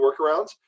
workarounds